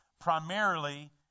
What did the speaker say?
Primarily